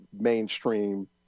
mainstream